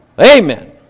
Amen